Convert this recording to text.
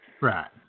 Right